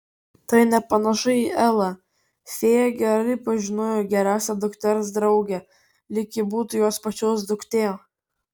tai nepanašu į elą fėja gerai pažinojo geriausią dukters draugę lyg ji būtų jos pačios duktė